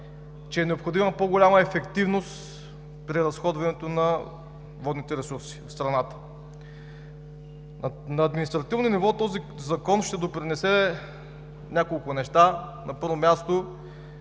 че е необходима по-голяма ефективност при разходването на водните ресурси на страната. На административно ниво този закон ще допринесе за няколко неща – на първо място,